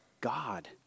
God